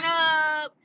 up